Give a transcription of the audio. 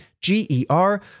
G-E-R